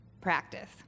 practice